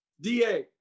DA